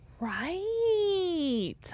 Right